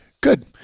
good